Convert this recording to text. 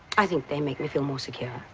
i think they make me feel more secure.